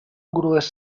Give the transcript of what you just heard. grues